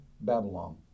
Babylon